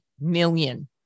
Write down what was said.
million